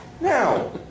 now